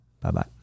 Bye-bye